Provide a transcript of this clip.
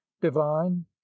divine